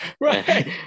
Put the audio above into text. right